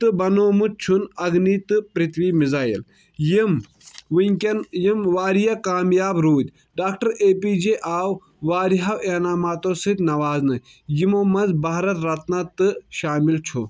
تہٕ بَنوومُت چھُن اَگنی تہٕ پرتھوی مِزایِل یِم ؤنٛۍکیٚن یِم واریاہ کامیاب روٗدۍ ڈاکٹر اے پی جے آو واریاہو اینماماتو سۭتۍ نوازنہٕ یِمو منٛز بھارت رتنہ تہٕ شامِل چھُ